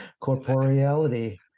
corporeality